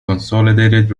consolidated